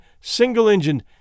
single-engine